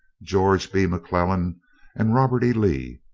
george b. mcclellan and robert e. lee.